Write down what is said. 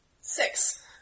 Six